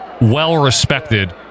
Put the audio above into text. well-respected